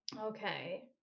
Okay